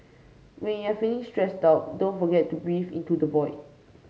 when you are feeling stressed out don't forget to breathe into the void